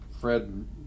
Fred